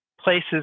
places